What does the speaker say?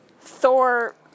Thor